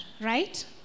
Right